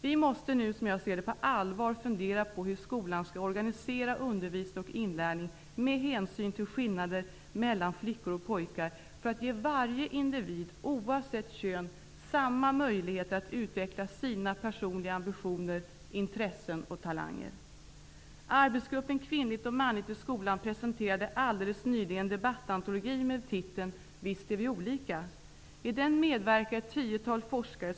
Vi måste nu på allvar fundera över hur skolan skall organisera undervisning och inlärning med hänsyn till skillnader mellan flickor och pojkar, detta för att ge varje individ -- oavsett kön -- samma möjligheter att utveckla sina personliga ambitioner, intressen och talanger. Arbetsgruppen Kvinnligt och manligt i skolan presenterade alldeles nyligen en debattantologi med titeln Visst är vi olika!. I den medverkar ett tiotal forskare.